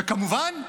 וכמובן,